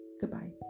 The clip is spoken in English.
Goodbye